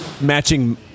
matching